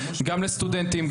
גם לסטודנטים,